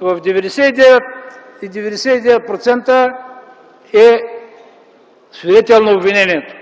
в 99,99% е свидетел на обвинението.